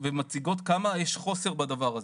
ומציגות כמה יש חוסר בדבר הזה.